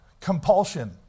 compulsion